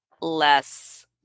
less